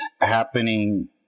happening